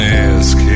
ask